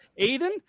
Aiden